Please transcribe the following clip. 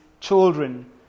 children